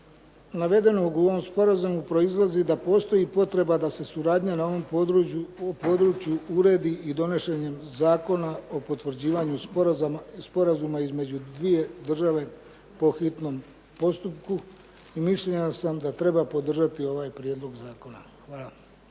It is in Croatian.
navedenog u ovom sporazumu proizlazi da postoji potreba da se suradnja na ovom području uredi i donošenjem zakona o potvrđivanju sporazuma između dvije države po hitnom postupku i mišljenja sam da treba podržati ovaj prijedlog zakona. Hvala.